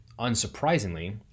unsurprisingly